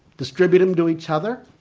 distribute them to each other,